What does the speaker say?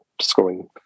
Scoring